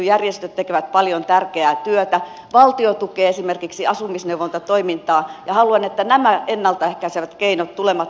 järjestöt tekevät paljon tärkeää työtä valtio tukee esimerkiksi asumisneuvontatoimintaa ja haluan että nämä ennalta ehkäisevät keinot tulevat laajemmiksi